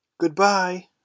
Goodbye